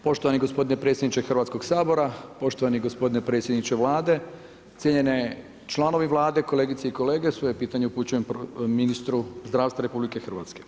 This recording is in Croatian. Poštovani predsjedniče Hrvatskog sabora, poštovani gospodine predsjedniče Vlade, cijenjeni članovi Vlade, kolegice i kolege, svoje pitanje upućujem ministru zdravstva RH.